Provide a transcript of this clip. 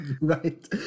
right